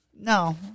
No